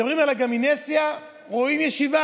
מדברים על הגימנסיה, רואים ישיבה,